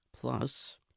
Plus